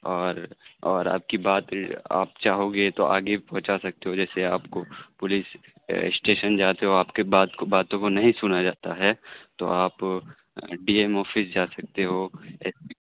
اور اور آپ کی بات آپ چاہوگے تو آگے پہنچا سکتے ہو جیسے آپ کو پولیس اسٹیشن جاتے ہو آپ کے بات کو باتوں کو نہیں سنا جاتا ہے تو آپ ڈی ایم آفس جا سکتے ہو ایس